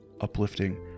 uplifting